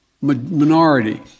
minority